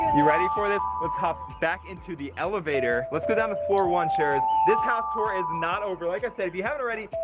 and you ready for this? let's hop back into the elevator. let's go down to floor one sharers. this house tour is not over. like i said, if you haven't already,